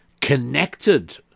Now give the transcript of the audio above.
connected